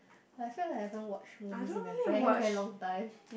like I feel like I haven't watched movies in a very very long time